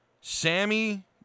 Sammy